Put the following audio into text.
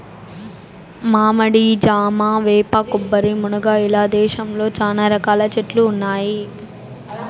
మామిడి, జామ, వేప, కొబ్బరి, మునగ ఇలా దేశంలో చానా రకాల చెట్లు ఉన్నాయి